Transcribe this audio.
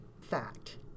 fact